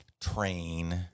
train